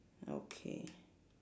okay